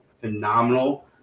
phenomenal